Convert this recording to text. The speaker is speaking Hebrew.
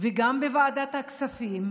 וגם בוועדת הכספים